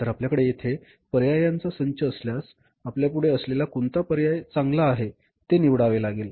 तर आपल्याकडे येथे पर्यायांचा संच असल्यास आपल्यापुढे असलेला कोणता पर्याय आपल्यासाठी चांगला आहे ते निवडावे लागेल